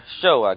show